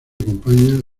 acompañan